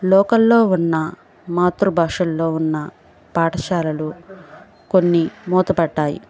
లోకల్లో ఉన్న మాతృభాషల్లో ఉన్న పాఠశాలలు కొన్ని మూతపడ్డాయి